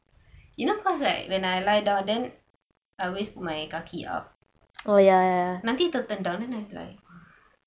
you know cause like when I lie down then I always put my kaki up nanti tertendang then I was like